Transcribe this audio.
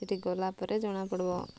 ସେଠି ଗଲା ପରେ ଜଣା ପଡ଼ିବ